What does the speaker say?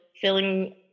feeling